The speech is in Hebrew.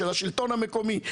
של השלטון המקומי,